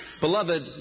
Beloved